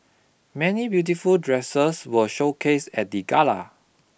many beautiful dresses were showcased at the gala